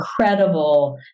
incredible